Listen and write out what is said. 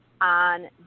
on